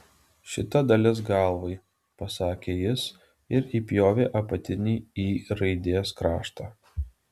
šita dalis galvai pasakė jis ir įpjovė apatinį y raidės kraštą